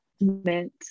meant